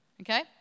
okay